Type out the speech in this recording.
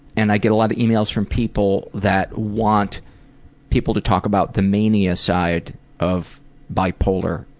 and i get a lot of emails from people that want people to talk about the mania side of bipolar,